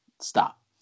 Stop